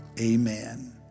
Amen